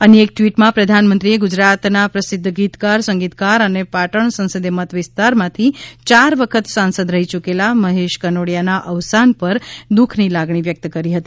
અન્ય ટવીટમાં પ્રધાનમંત્રીએ ગુજરાતના પ્રસિધ્ધ ગીતકાર સંગીતકાર અને પાટણ સંસદીય મત વિસ્તારમાંથી ચાર વખત સાંસદ રહી યુકેલા શ્રી મહેશ કનોડીયાના અવસાન પર દુઃખની લાગણી વ્યકત કરી હતી